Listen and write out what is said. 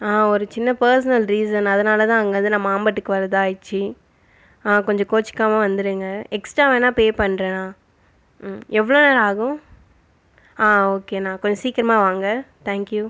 ஒரு சின்ன personal reason அதனால தான் அங்கேருந்து நான் மாம்பட்டுக்கு வரதாயிச்சு கொஞ்சம் கோச்சிக்காமல் வந்துடுங்கள் எக்ஸ்ட்ரா வேணாம் பே பண்ணுறண்ணா ம் எவ்ளோ நேரம் ஆகும் ஆ ஒகேண்ணா கொஞ்சம் சீக்கிரமாக வாங்கள் தேங்க் யூ